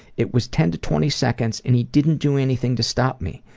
it was ten to twenty seconds and he didn't do anything to stop me.